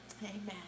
Amen